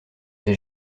j’ai